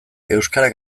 euskara